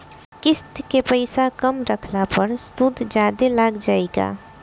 किश्त के पैसा कम रखला पर सूद जादे लाग जायी का?